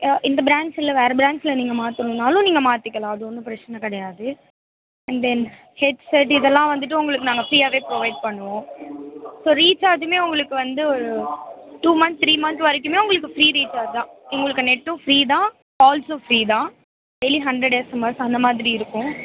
இந்த ப்ரான்ச் இல்லை வேறு ப்ரான்ச்சில் நீங்கள் மாற்றணுனாலும் நீங்கள் மாற்றிக்கலாம் அது ஒன்றும் பிரச்சனை கிடையாது தென் ஹெட்செட் இது எல்லாம் வந்துவிட்டு உங்களுக்கு நாங்கள் ஃப்ரீயாகவே ப்ரொவைட் பண்ணுவோம் ஸோ ரீசார்ஜுமே உங்களுக்கு வந்து ஒரு டூ மந்த் த்ரீ மந்த் வரைக்குமே உங்களுக்கு ஃப்ரீ ரீசார்ஜ் தான் உங்களுக்கு நெட்டும் ஃப்ரீ தான் கால்ஸும் ஃப்ரீ தான் டெய்லி ஹண்ட்ரட் எஸ்எம்எஸ் அந்த மாதிரி இருக்கும்